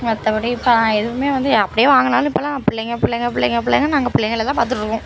மற்றபடி இப்போ எதுவுமே வந்து அப்படியே வாங்கினாலும் இப்போல்லாம் பிள்ளைங்க பிள்ளைங்க பிள்ளைங்க பிள்ளைங்க நாங்கள் பிள்ளைங்களை தான் பார்த்துட்ருக்கோம்